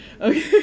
Okay